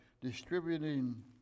distributing